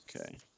Okay